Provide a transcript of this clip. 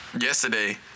yesterday